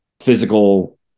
physical